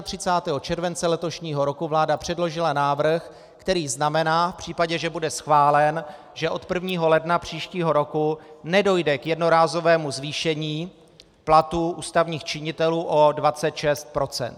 31. července letošního roku vláda předložila návrh, který znamená v případě, že bude schválen, že od 1. ledna příštího roku nedojde k jednorázovému zvýšení platů ústavních činitelů o 26 %.